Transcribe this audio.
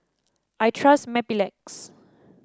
I trust Mepilex